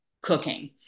cooking